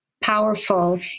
powerful